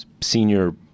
senior